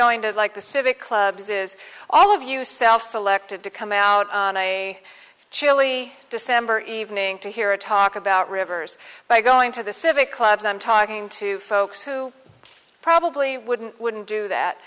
going to like the civic clubs is all of you self selected to come out on a chilly december evening to hear a talk about rivers by going to the civic clubs i'm talking to folks who probably wouldn't wouldn't do